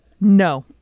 no